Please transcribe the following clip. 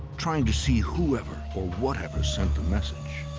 trying to see whoever or whatever sent the message.